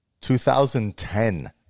2010